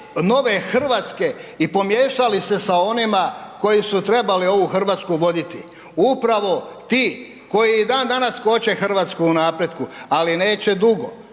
nove Hrvatske i pomiješali sa onima koji su trebali ovu Hrvatsku voditi. Upravo ti koji i dan danas koče Hrvatsku u napretku, ali neće dugo,